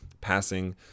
passing